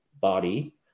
body